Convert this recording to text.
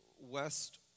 West